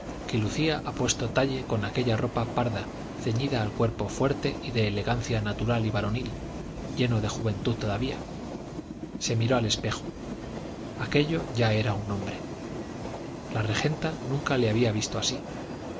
que lucía apuesto talle con aquella ropa parda ceñida al cuerpo fuerte y de elegancia natural y varonil lleno de juventud todavía se miró al espejo aquello ya era un hombre la regenta nunca le había visto así